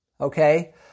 okay